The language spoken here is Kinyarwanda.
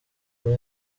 kuba